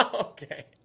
Okay